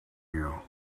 you